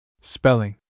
Spelling